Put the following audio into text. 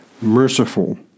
merciful